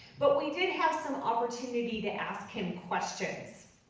but we did have some opportunity to ask him questions.